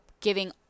giving